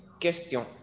Question